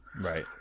Right